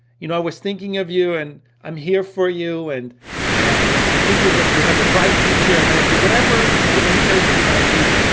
you know i was thinking of you and i'm here for you and i think you you have a bright future ahead of you, whatever the encouragement might be.